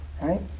right